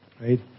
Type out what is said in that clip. Right